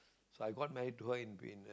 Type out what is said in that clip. so I got married to her in in